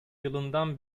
yılından